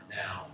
now